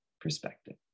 perspective